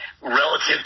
relative